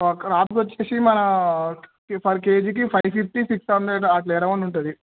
crabs వచ్చేసి మన per కేజీకి ఫైవ్ ఫిఫ్టీ సిక్స్ హండ్రెడ్ అలా ఎరౌండ్ ఉంటుంది